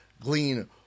glean